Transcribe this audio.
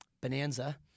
bonanza